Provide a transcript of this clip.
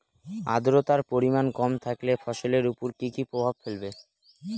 আদ্রর্তার পরিমান কম থাকলে ফসলের উপর কি কি প্রভাব ফেলবে?